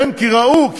כי ראו,